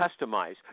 customize